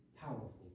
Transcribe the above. powerful